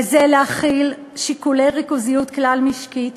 וזה להחיל שיקולי ריכוזיות כלל-משקית